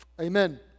amen